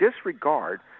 disregard